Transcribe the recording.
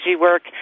work